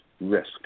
risk